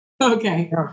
Okay